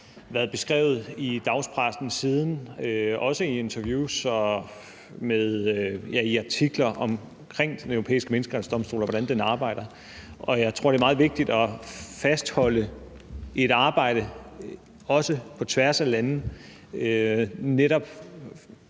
også har været beskrevet i dagspressen siden, også i interviews og artikler om Den Europæiske Menneskerettighedsdomstol og hvordan den arbejder. Jeg tror, det er meget vigtigt at fastholde et arbejde også på tværs af lande,